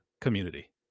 community